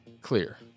clear